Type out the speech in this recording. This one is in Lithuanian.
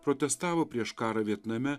protestavo prieš karą vietname